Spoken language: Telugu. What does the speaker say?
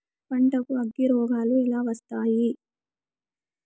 పంటకు అగ్గిరోగాలు ఎలా వస్తాయి?